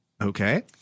Okay